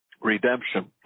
redemption